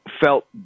felt